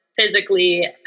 physically